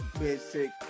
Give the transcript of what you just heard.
basic